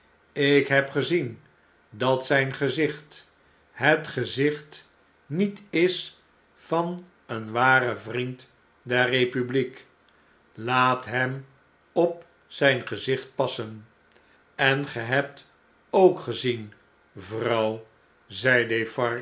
ik heb gezien dat zijn gezicht et gezicht niet is van een waren vriend der bepubliekl laat hem op zijn gezicht passen bn ge hebt ook gezien